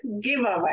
giveaway